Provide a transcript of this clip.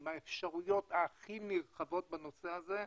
עם האפשרויות הכי נרחבות בנושא הזה,